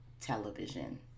television